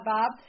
Bob